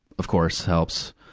of course, helps.